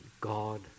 God